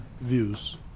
views